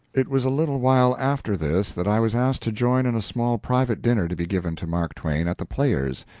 it was a little while after this that i was asked to join in a small private dinner to be given to mark twain at the players,